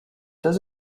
does